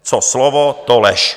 Co slovo, to lež!